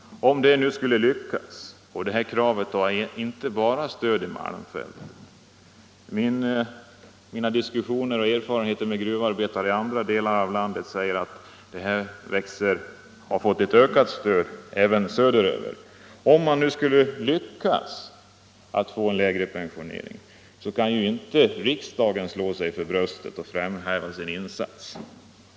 Detta krav har stöd inte bara i Malmfälten. Mina diskussioner med och erfarenheter av gruvarbetare i andra delar av landet säger mig, att det också fått ett ökat stöd söder över. Om man skulle lyckas få till stånd en lägre pensionsålder för dessa grupper kan inte riksdagen slå sig för bröstet och framhäva sin insats.